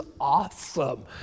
awesome